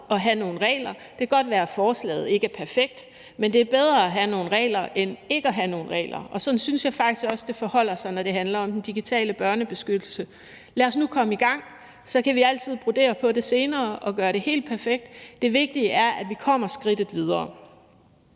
at have nogle regler. Det kan godt være, at forslaget ikke er perfekt, men det er bedre at have nogle regler end ikke at have nogen regler, og sådan synes jeg faktisk også det forholder sig, når det handler om den digitale børnebeskyttelse. Lad os nu komme i gang. Så kan vi altid brodere på det senere og gøre det helt perfekt. Det vigtige er, at vi kommer skridtet videre.